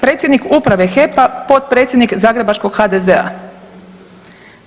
Predsjednik uprave HEP-a potpredsjednik zagrebačkog HDZ-a.